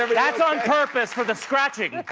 ah that's on purpose, for the scratching.